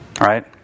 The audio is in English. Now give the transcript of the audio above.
Right